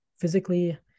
physically